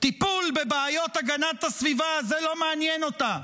טיפול בבעיית הגנת הסביבה, זה לא מעניין אותה.